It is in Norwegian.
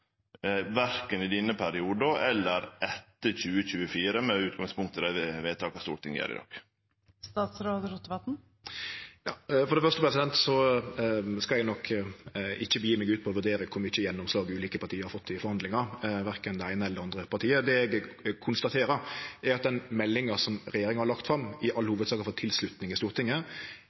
verken i denne perioden eller etter 2024, med utgangspunkt i dei vedtaka Stortinget fattar i dag? For det første skal eg nok ikkje gje meg ut på å vurdere kor mykje gjennomslag ulike parti har fått i forhandlingar, verken det eine eller det andre partiet. Det eg konstaterer, er at den meldinga som regjeringa har lagt fram, i all hovudsak har fått tilslutning i Stortinget,